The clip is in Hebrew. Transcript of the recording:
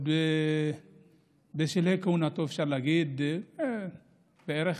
בשלהי כהונתו, אפשר להגיד, בערך,